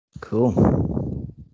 Cool